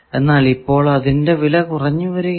എന്നാൽ ഇപ്പോൾ അതിന്റെ വില കുറഞ്ഞു വരികയാണ്